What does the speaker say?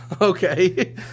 Okay